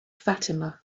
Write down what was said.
fatima